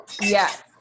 yes